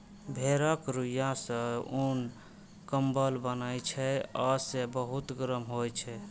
भेड़क रुइंया सं उन, कंबल बनै छै आ से बहुत गरम होइ छै